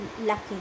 lucky